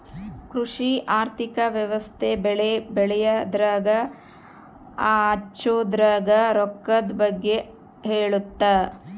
ಕೃಷಿ ಆರ್ಥಿಕ ವ್ಯವಸ್ತೆ ಬೆಳೆ ಬೆಳೆಯದ್ರಾಗ ಹಚ್ಛೊದ್ರಾಗ ರೊಕ್ಕದ್ ಬಗ್ಗೆ ಹೇಳುತ್ತ